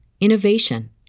innovation